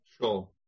sure